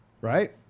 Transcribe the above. right